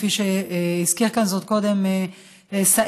כפי שהזכיר כאן זאת קודם סעיד.